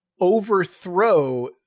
overthrow